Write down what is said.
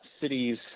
cities